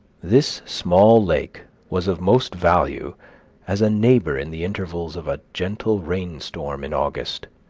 this small lake was of most value as a neighbor in the intervals of a gentle rain-storm in august,